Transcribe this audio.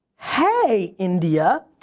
hey india,